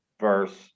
versus